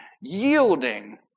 yielding